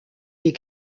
des